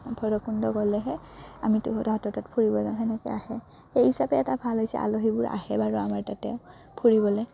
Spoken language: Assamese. ভৈৰৱকুণ্ড গ'লেহে আমিতো ফুৰিব যাম তেনেকৈ আহে সেই হিচাপে এটা ভাল হৈছে আলহীবোৰ আহে বাৰু আমাৰ তাতে ফুৰিবলৈ